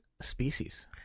species